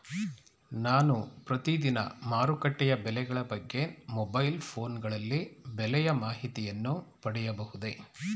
ನಾನು ಪ್ರತಿದಿನ ಮಾರುಕಟ್ಟೆಯ ಬೆಲೆಗಳ ಬಗ್ಗೆ ಮೊಬೈಲ್ ಫೋನ್ ಗಳಲ್ಲಿ ಬೆಲೆಯ ಮಾಹಿತಿಯನ್ನು ಪಡೆಯಬಹುದೇ?